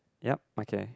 yup okay